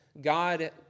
God